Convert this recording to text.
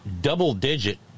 double-digit